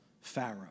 Pharaoh